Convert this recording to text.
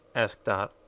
asked dot.